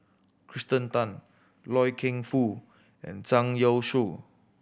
Kirsten Tan Loy Keng Foo and Zhang Youshuo